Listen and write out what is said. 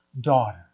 Daughter